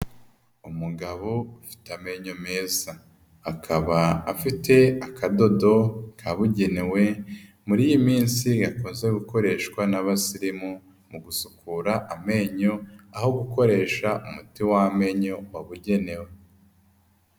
Umugabo ufite amenyo meza akaba afite akadodo kabugenewe, muri iyi minsi gakunze gukoreshwa n'abasirimu mu gusukura amenyo aho gukoresha umuti w'amenyo wabugenewe.